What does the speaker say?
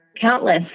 countless